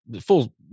Full